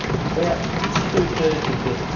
but two thirds of the,